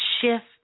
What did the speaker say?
shift